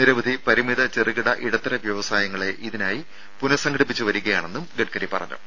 നിരവധി പരിമിത ചെറുകിട ഇടത്തര വ്യവസായങ്ങളെ ഇതിനായി പുനസംഘടിപ്പിച്ചു വരികയാണെന്നും ഗഡ്ഗരി പറഞ്ഞു